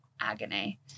agony